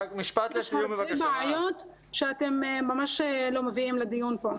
יש הרבה בעיות שאתם ממש לא מביאים לדיון פה.